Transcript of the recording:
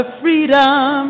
freedom